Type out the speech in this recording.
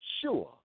sure